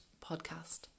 podcast